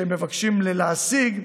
שהם מבקשים להשיג,